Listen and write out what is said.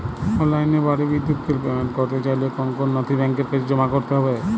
অনলাইনে বাড়ির বিদ্যুৎ বিল পেমেন্ট করতে চাইলে কোন কোন নথি ব্যাংকের কাছে জমা করতে হবে?